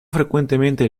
frecuentemente